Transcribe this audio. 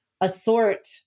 assort